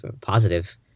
positive